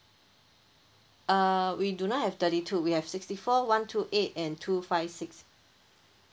uh we do not have thirty two we have sixty four one two eight and two five six